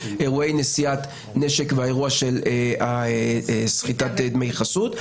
אירועי נשיאת נשק והאירוע של סחיטת דמי חסות.